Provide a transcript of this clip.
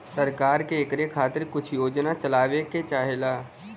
सरकार के इकरे खातिर कुछ योजना चलावे के चाहेला